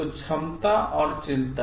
तो क्षमता और चिंता